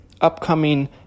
upcoming